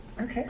Okay